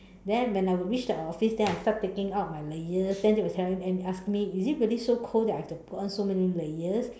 then when I will reach the office then I start taking out my layers then they will ask me is it so cold that I have to put on so many layers